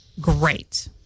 great